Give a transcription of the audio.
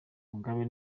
mugabe